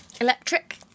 Electric